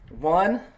one